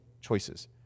choices